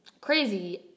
Crazy